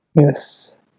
Yes